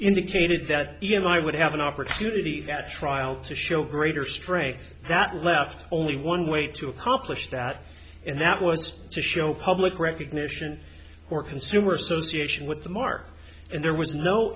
indicated that e m i would have an opportunity at trial to show greater strength that left only one way to accomplish that and that was to show public recognition or consumers association with the mark and there was no